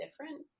different